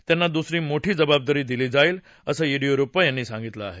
त्यांना दुसरी मोठी जबाबदारी दिली जाईल असं येडीयुरप्पा यांनी सांगितलं आहे